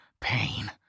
pain